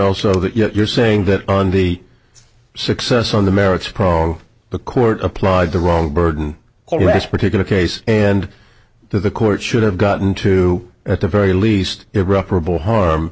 also that you're saying that on the success on the merits pro the court applied the wrong burden for us particular case and the court should have gotten to at the very least irreparable harm